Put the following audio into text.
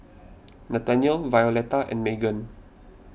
Nathaniel Violeta and Meghan